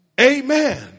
amen